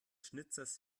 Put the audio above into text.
schnitzers